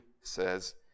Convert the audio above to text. says